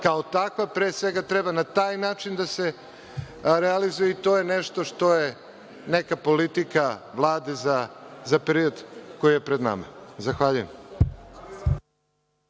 kao takva, pre svega, treba na taj način da se realizuje i to je nešto što je neka politika Vlade za period koji je pred nama. Zahvaljujem.